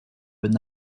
would